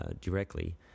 directly